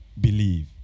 believe